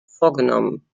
vorgenommen